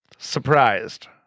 Surprised